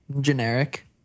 generic